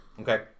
Okay